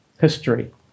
history